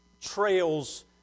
trails